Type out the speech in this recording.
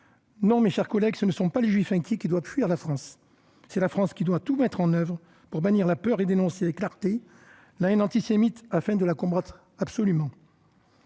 Non, mes chers collègues, ce ne sont pas les juifs inquiets qui doivent fuir la France. C'est la France qui doit tout mettre en oeuvre pour bannir la peur et dénoncer avec clarté la haine antisémite afin de la combattre absolument.